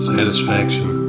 Satisfaction